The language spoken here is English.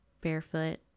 barefoot